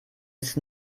ist